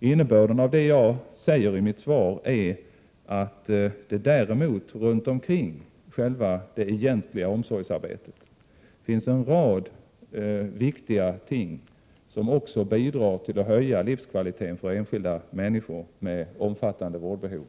Innebörden av det jag säger i mitt svar är att det däremot runt omkring det egentliga omsorgsarbetet finns en rad viktiga ting som också bidrar till att höja livskvaliteten för enskilda människor med omfattande vårdbehov.